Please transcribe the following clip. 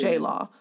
J-Law